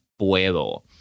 puedo